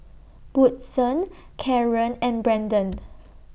Woodson Kaaren and Brendon